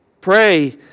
Pray